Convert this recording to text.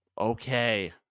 okay